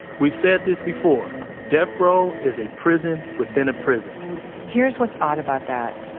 we've said this before death row is a prison within a prison here's what's odd about that.